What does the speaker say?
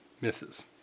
Misses